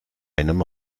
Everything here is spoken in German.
einem